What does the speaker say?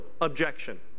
objection